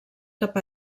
cap